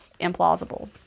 implausible